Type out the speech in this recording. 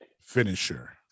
finisher